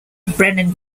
brennan